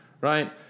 Right